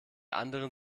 anderen